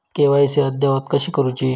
KYC अद्ययावत कशी करुची?